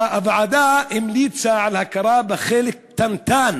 הוועדה המליצה על הכרה בחלק קטנטן